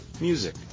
music